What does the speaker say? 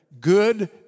good